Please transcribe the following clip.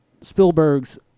Spielberg's